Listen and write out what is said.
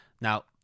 Now